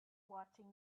watching